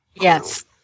Yes